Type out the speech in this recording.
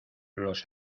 los